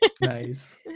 Nice